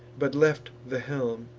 but left the helm,